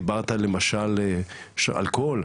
דיברת למשל על אלכוהול,